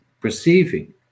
perceiving